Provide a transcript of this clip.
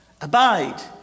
Abide